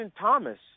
Thomas